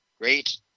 Great